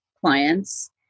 clients